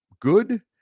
good